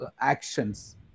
actions